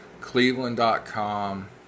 Cleveland.com